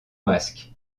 masques